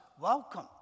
welcome